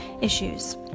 issues